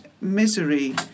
misery